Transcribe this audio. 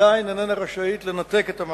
עדיין איננה רשאית לנתק את המים.